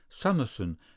Summerson